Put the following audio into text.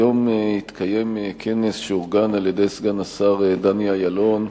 היום התקיים כנס שאורגן על-ידי סגן השר דני אילון,